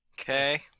Okay